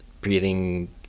breathing